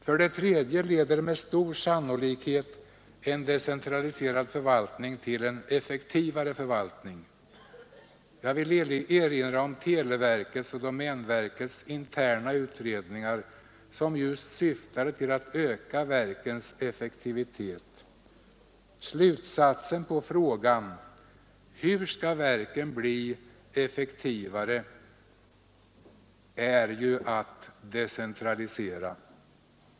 För det tredje leder med stor sannolikhet en decentralisering av förvaltningen till en effektivare förvaltning. Jag vill erinra om televerkets och domänverkets interna utredningar, som just syftade till att öka verkens effektivitet. Svaret på frågan: Hur skall verken bli effektivare? är decentralisering.